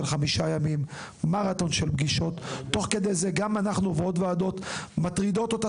חמישה ימים; תוך כדי זה וועדות מטרידות אותה,